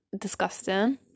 disgusting